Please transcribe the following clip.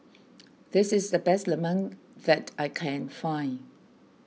this is the best Lemang that I can find